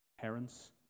parents